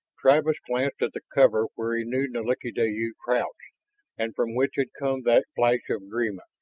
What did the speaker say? travis glanced at the cover where he knew nalik'ideyu crouched and from which had come that flash of agreement.